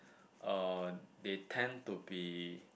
uh they tend to be